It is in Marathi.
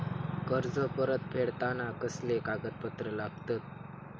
कर्ज परत फेडताना कसले कागदपत्र लागतत?